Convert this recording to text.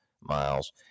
miles